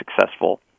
successful